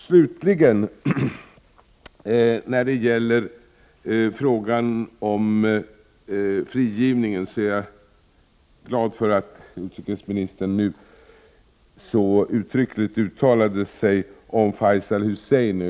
Slutligen när det gäller frågan om frigivningen av Faisal Husseini är jag glad för att utrikesministern nu så uttryckligt uttalade sig.